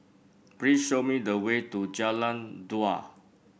please show me the way to Jalan Dua